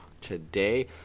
today